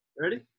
Ready